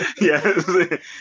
yes